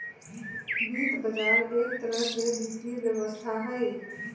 वित्त बजार एक तरह से वित्तीय व्यवस्था हई